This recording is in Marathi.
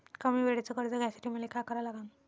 कमी वेळेचं कर्ज घ्यासाठी मले का करा लागन?